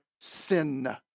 sin